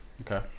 Okay